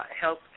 health